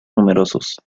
numerosos